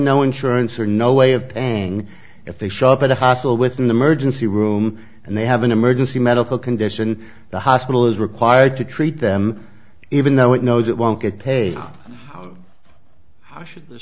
no insurance or no way of paying if they show up at a hospital with an emergency room and they have an emergency medical condition the hospital is required to treat them even though it knows it won't get paid how should the